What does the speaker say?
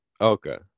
Okay